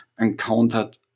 encountered